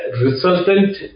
resultant